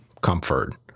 comfort